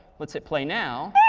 what's it play now?